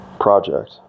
project